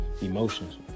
emotions